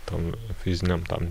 tam fiziniam tam